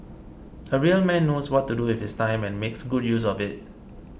a real man knows what to do with his time and makes good use of it